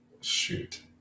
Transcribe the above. Shoot